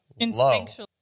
Instinctually